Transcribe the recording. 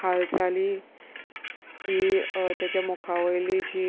हालचाली ती तेज मुखावयली जी